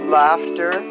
laughter